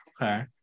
okay